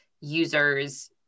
users